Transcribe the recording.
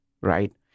right